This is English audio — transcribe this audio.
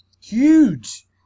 Huge